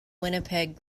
winnipeg